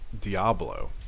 diablo